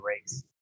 race